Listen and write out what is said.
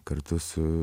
kartu su